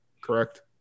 correct